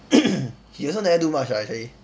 he also never do much ah actually